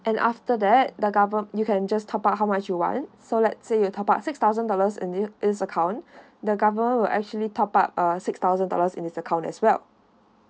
and after that the govern~ you can just top up how much you want so let's say you top up six thousand dollars in it his account the government will actually top up uh six thousand dollars in his account as well